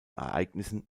ereignissen